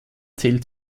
zählt